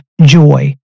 joy